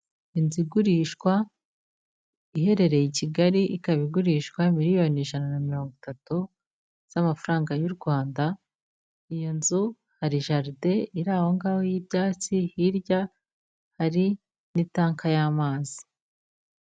Inzu igurishwa, iherereye i Kigali, ikaba igurishwa miliyoni ijana na mirongo itatu z'amafaranga y'u Rwanda, iyo nzu hari jaride iri aho ngaho y'ibyatsi, hirya hari n'itanka y'amazi.